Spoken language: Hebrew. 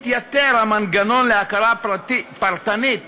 מתייתר המנגנון להכרה פרטנית